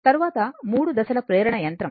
తరువాత మూడు దశల ఇండక్షన్ యంత్రం